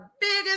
biggest